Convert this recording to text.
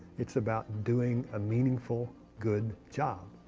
it's about doing a meaningful, good job.